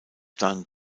dunn